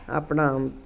ਆਪਣਾ